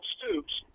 Stoops